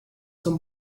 son